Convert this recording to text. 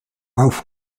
auf